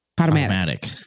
automatic